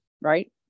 right